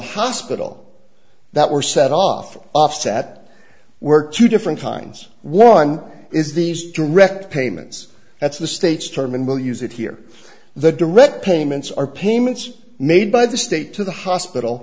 hospital that were set off offset were two different kinds one is these direct payments that's the state's term and we'll use it here the direct payments are payments made by the state to the hospital